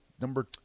number